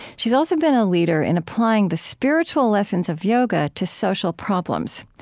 she's also been a leader in applying the spiritual lessons of yoga to social problems.